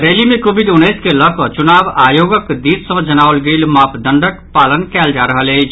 रैली मे कोविड उन्नैस के लऽ कऽ चुनाव आयोगक दिस सँ जनाओल गेल मापदंडक पालन कयल जा रहल अछि